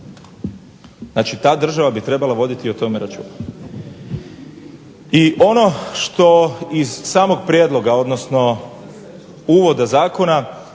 Znači, ta država bi trebala voditi i o tome računa. I ono što iz samog prijedloga, odnosno uvoda zakona